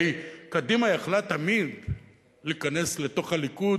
הרי קדימה תמיד היתה יכולה להיכנס לתוך הליכוד.